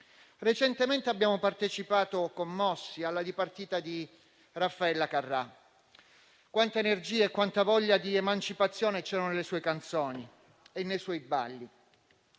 Recentemente abbiamo partecipato commossi alla dipartita di Raffaella Carrà: quanta energia e quanta voglia di emancipazione c'erano nelle sue canzoni e nei sui balli.